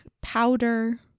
powder